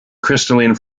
crystalline